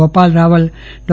Gopal Raval Dr